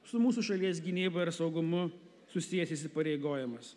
su mūsų šalies gynyba ir saugumu susijęs įsipareigojimas